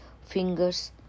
fingers